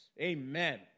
amen